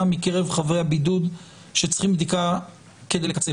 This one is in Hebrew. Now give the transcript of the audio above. מקרב חבי הבידוד שצריכים בדיקה כדי לקצר